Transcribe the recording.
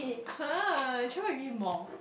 !huh! you travel with me more